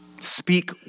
Speak